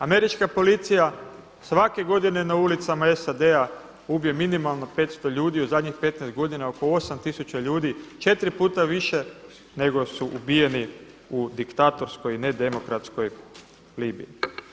Američka policija svake godine na ulicama SAD-a ubije minimalno 500 ljudi, u zadnjih 15 godina oko 8 tisuća ljudi 4 puta više nego su ubijeni u diktatorskoj, nedemokratskoj Libiji.